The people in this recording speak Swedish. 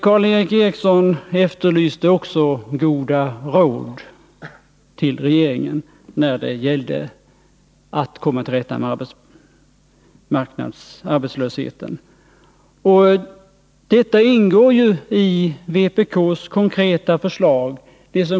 Karl Erik Eriksson efterlyste också goda råd till regeringen när det gäller att komma till rätta med arbetslösheten. Sådana ingår ju i vpk:s konkreta förslag.